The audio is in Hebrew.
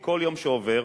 כל יום שעובר,